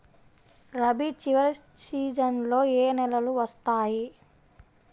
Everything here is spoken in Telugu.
రబీ చివరి సీజన్లో ఏ నెలలు వస్తాయి?